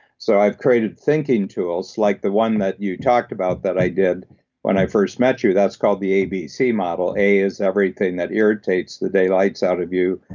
so i've created thinking tools like the one that you talked about that i did when i first met you. that's called the abc model. a is everything that irritates the daylights out of you,